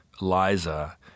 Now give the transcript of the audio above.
Liza—